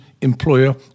employer